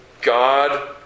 God